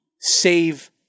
save